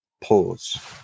pause